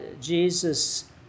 Jesus